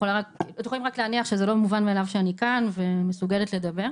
אתם יכולים רק להניח שזה לא מובן מאליו שאני כאן ומסוגלת לדבר.